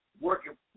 working